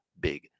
big